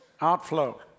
outflow